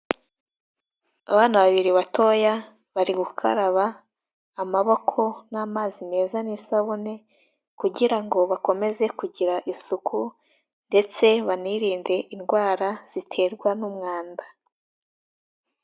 Abana babiri batoya bari gukaraba amaboko n'amazi meza n'isabune kugira ngo bakomeze kugira isuku ndetse banirinde indwara ziterwa n'umwanda.